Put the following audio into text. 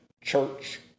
church